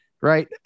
right